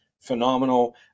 phenomenal